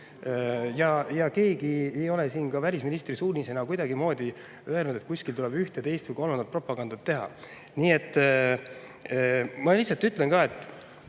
Ja keegi ei ole ka välisministri suunisena kuidagimoodi öelnud, et kuskil tuleb ühte, teist või kolmandat propagandat teha. Ma lihtsalt ütlen ka, et